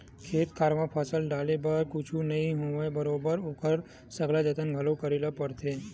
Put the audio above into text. खेत खार म फसल डाले भर ले कुछु नइ होवय बरोबर ओखर सकला जतन घलो करे बर परथे